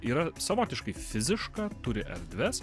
yra savotiškai fiziška turi erdves